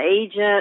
agent